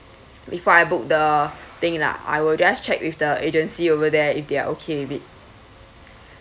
before I book the thing lah I will just check with the agency over there if they're okay with it